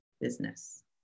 business